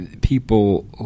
people